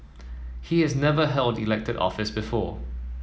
he has never held elected office before